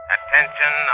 Attention